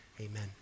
Amen